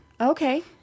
Okay